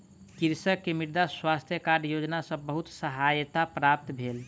कृषक के मृदा स्वास्थ्य कार्ड योजना सॅ बहुत सहायता प्राप्त भेल